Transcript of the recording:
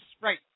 right